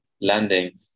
landing